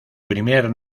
primer